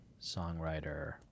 songwriter